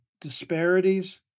disparities